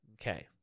Okay